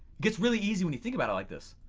gets really easy when you think about it like this.